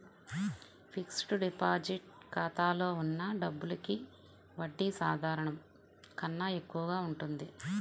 fixed deposit ఖాతాలో ఉన్న డబ్బులకి వడ్డీ సాధారణం కన్నా ఎక్కువగా ఉంటుంది